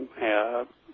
have